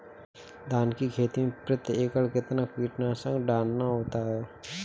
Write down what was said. धान की खेती में प्रति एकड़ कितना कीटनाशक डालना होता है?